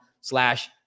slash